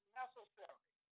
necessary